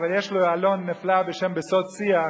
אבל יש לו עלון נפלא בשם "בסוד שיח",